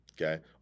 okay